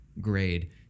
grade